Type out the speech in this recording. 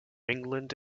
england